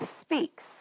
speaks